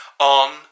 on